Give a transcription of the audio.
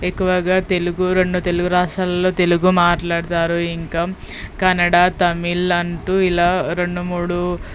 ఎక్కువగా తెలుగు రెండు తెలుగు రాష్ట్రాల్లో తెలుగు మాట్లాడతారు ఇంకా కన్నడ తమిళ అంటూ ఇలా రెండు మూడు